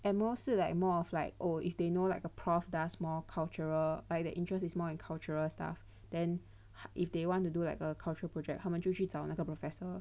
and more 是 like more of like oh if they know like a prof does more cultural by the interest is more in cultural stuff then if they want to do like a cultural project 他们就去找那个 professor